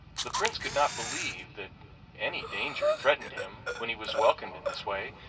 the prince could not believe that any danger threatened him when he was welcomed in this way,